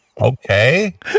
Okay